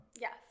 Yes